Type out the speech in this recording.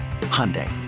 Hyundai